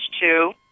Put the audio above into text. two